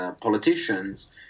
politicians